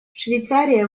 швейцария